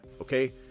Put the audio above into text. okay